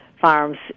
farms